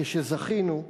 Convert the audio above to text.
כשזכינו,